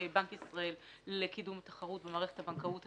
כבנק ישראל עושים המון צעדים לקידום תחרות במערכת הבנקאות.